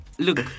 Look